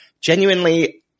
genuinely